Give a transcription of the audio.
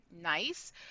nice